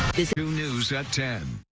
news at ten.